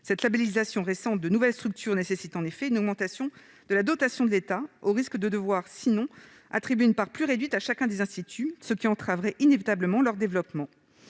Cette labellisation récente de nouvelles structures nécessite en effet une augmentation de la dotation de l'État, au risque de devoir attribuer une part plus réduite à chacun des instituts, ce qui entraverait inévitablement leur développement.